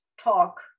talk